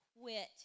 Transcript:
quit